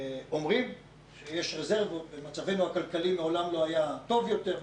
אומרים שיש רזרבות ושמעולם לא היה מצבנו טוב יותר.